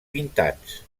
pintats